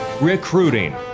recruiting